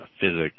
physics